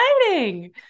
exciting